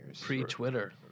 pre-Twitter